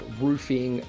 roofing